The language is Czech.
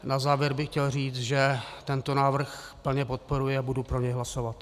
Na závěr bych chtěl říct, že tento návrh plně podporuji a budu pro něj hlasovat.